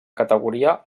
categoria